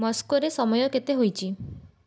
ମସ୍କୋରେ ସମୟ କେତେ ହୋଇଛି